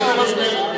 חברת הכנסת סולודקין,